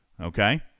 Okay